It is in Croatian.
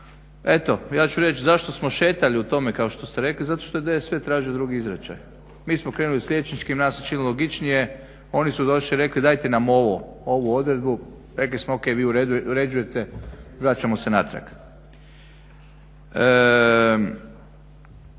Eto ja ću reći zašto smo šetali u tome kao što ste rekli, zato što je DSV tražio drugi izričaj. Mi smo krenuli s liječničkim , nama se činilo logičnije, oni su došli i rekli dajte nam ovu odredbu. Rekli smo ok, vi uređujete, vraćamo se natrag.